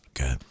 okay